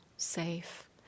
safe